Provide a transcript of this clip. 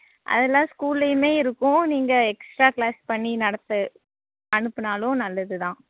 அதெல்லாம் ஸ்கூல்லேயுமே இருக்கும் நீங்கள் எக்ஸ்ட்ரா க்ளாஸ் பண்ணி நடத்து அனுப்பினாலும் நல்லது தான்